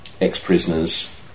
ex-prisoners